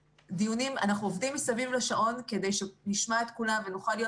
אנחנו עובדים מסביב לשעות כדי שנשמע את כולם ונוכל להיות